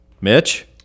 Mitch